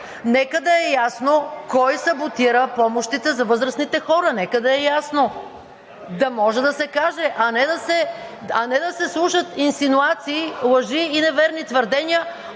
Нека да е ясно кой саботира помощите за възрастните хора. Нека да е ясно, да може да се каже, а не да се слушат инсинуации, лъжи и неверни твърдения